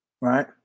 right